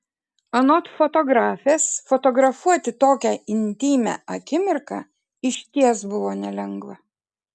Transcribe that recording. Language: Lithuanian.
anot fotografės fotografuoti tokią intymią akimirką išties buvo nelengva